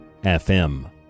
FM